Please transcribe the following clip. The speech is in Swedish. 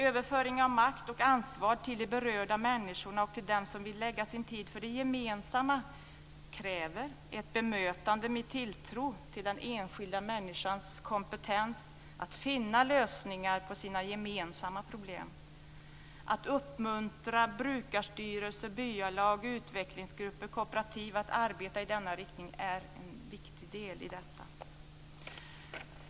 Överföring av makt och ansvar till de berörda människorna och till dem som vill använda sin tid för det gemensamma kräver ett bemötande med tilltro till den enskilda människans kompetens att finna lösningar på gemensamma problem. Att uppmuntra brukarstyrelser, byalag, utvecklingsgrupper och kooperativ att arbeta i denna riktning är en del i detta.